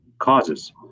Causes